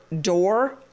door